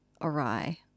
awry